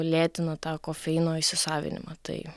lėtina tą kofeino įsisavinimą tai